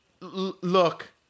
Look